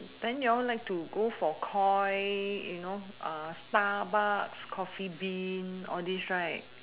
then you all like to go for koi you know uh starbucks coffee bean all these right